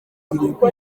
kwigishwa